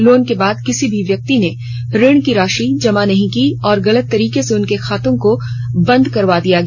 loan के बाद किसी भी व्यक्ति ने ऋण की राशि को जमा नहीं किया था और गलत तरीके से उनके खातों को बंद करवा दिया गया